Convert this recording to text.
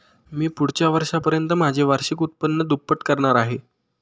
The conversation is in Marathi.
मी पुढच्या वर्षापर्यंत माझे वार्षिक उत्पन्न दुप्पट करणार आहे